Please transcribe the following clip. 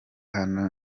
hano